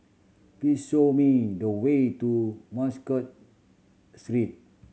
please show me the way to Muscat Sleep